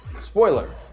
Spoiler